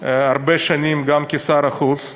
הרבה שנים, גם כשר החוץ.